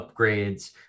upgrades